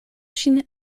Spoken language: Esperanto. ŝin